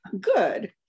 Good